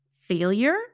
failure